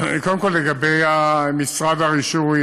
קודם כול לגבי משרד הרישוי,